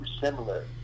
similar